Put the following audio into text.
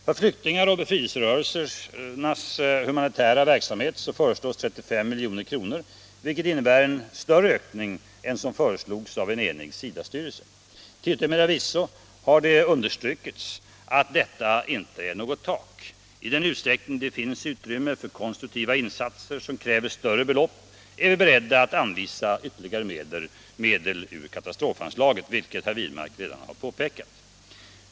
För flyktingar och befrielserörelsernas humanitära verksamhet föreslås 35 milj.kr., vilket innebär en större ökning än som föreslogs av en enig SIDA-styrelse. Till yttermera visso har det understrukits att detta inte är något tak. I den utsträckning det finns utrymme för konstruktiva insatser, som kräver större belopp, är vi beredda att anvisa ytterligare medel ur katastrofanslaget, vilket herr Wirmark redan har påpekat.